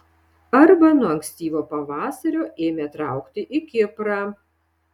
arba nuo ankstyvo pavasario ėmė traukti į kiprą